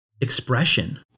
expression